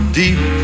deep